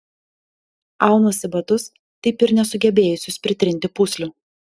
aunuosi batus taip ir nesugebėjusius pritrinti pūslių